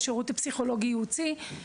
השירות הפסיכולוגי-ייעוצי,